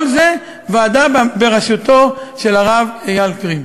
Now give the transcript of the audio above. כל זה ועדה בראשותו של הרב אייל קרים.